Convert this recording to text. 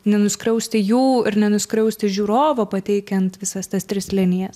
nenuskriausti jų ir nenuskriausti žiūrovo pateikiant visas tas tris linijas